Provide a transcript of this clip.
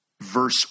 verse